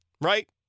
right